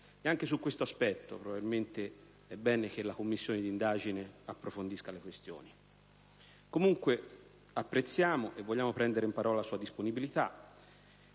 grazie